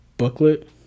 Booklet